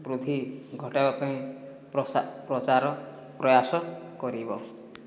ବୃଦ୍ଧି ଘଟାଇବା ପାଇଁ ପ୍ରସା ପ୍ରଚାର ପ୍ରୟାସ କରିବ